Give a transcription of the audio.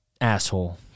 asshole